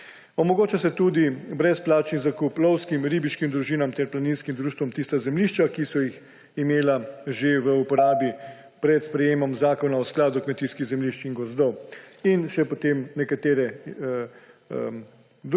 Omogoča se tudi brezplačni zakup lovskim in ribiškim družinam ter planinskim društvom tistih zemljišč, ki so jih imeli že v uporabi pred sprejetjem Zakona o skladu kmetijskih zemljišč in gozdov. In potem so še druge